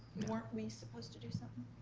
weren't we supposed to do something?